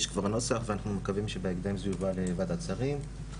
יש כבר נוסח ואנחנו מקווים שבהקדם זה יובא לוועדת שרים.